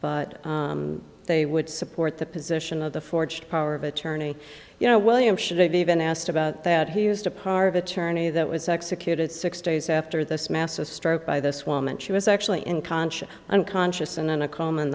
but they would support the position of the forged power of attorney you know william should it be even asked about that he used a part of attorney that was executed six days after this massive stroke by this woman she was actually in conscious unconscious and in a coma in